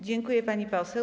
Dziękuję, pani poseł.